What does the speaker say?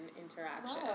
interaction